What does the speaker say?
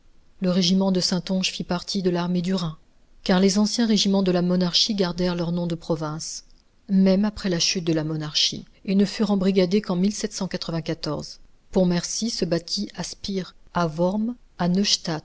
le régiment de saintonge fit partie de l'armée du rhin car les anciens régiments de la monarchie gardèrent leurs noms de province même après la chute de la monarchie et ne furent embrigadés qu'en pontmercy se battit à spire à